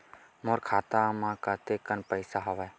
मोर खाता म कतेकन पईसा हवय?